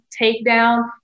takedown